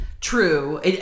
true